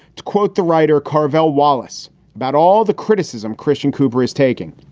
to quote the writer carvelle wallace about all the criticism christian cooper is taking.